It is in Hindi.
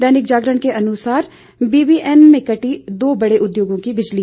दैनिक जागरण के अनुसार बीबीएन में कटी दो बड़े उद्योगों की बिजली